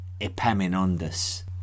Epaminondas